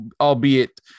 albeit